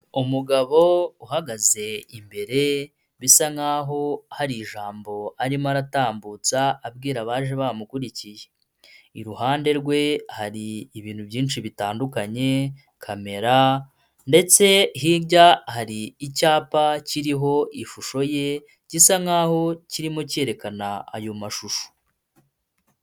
Umugabo uhagaze imbere bisa nkaho hari ijambo arimo aratambutsa abwira abaje bamukurikiye, iruhande rwe hari ibintu byinshi bitandukanye kamera ndetse hirya hari icyapa kiriho ishusho ye gisa nkaho kirimo cyerekana ayo mashusho.